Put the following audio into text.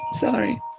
Sorry